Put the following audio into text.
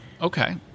Okay